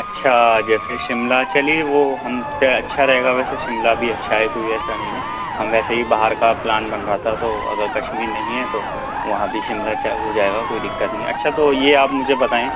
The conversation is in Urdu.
اچھا جیسے شملہ چلیے وہ ہم اچھا رہے گا ویسے شملہ بھی اچھا ہے کوئی ایسا نہیں ہے ہم ویسے ہی باہر کا پلان بن رہا تھا تو اگر کشمیر نہیں ہے تو وہاں بھی شملہ چاہ ہو جائے گا کوئی دقت نہیں ہے اچھا تو یہ آپ مجھے بتائیں